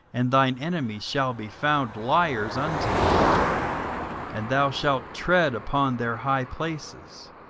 and thine enemies shall be found liars unto thee and thou shalt tread upon their high places.